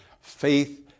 faith